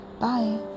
Bye